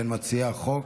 בין מציעי החוק.